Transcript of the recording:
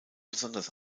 besonders